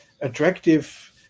attractive